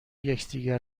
یکدیگر